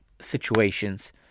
situations